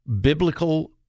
biblical